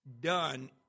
done